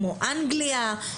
אנגליה,